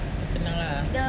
senang lah